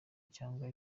cyangwa